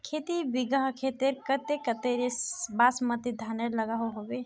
खेती बिगहा खेतेर केते कतेरी बासमती धानेर लागोहो होबे?